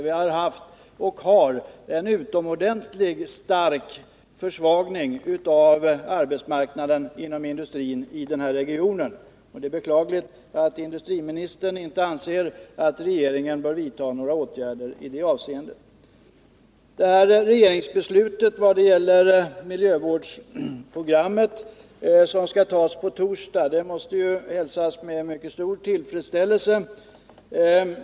Vi har haft — och har — en utomordentligt kännbar försvagning av arbetsmarknaden inom industrin i den här regionen. Det är beklagligt att industriministern inte anser att regeringen bör vidta några åtgärder i det avseendet. Det regeringsbeslut rörande miljövårdsprogrammet som skall fattas på torsdag måste ju hälsas med mycket stor tillfredsställelse.